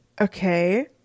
Okay